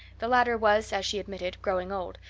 the latter was, as she admitted, growing old,